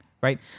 right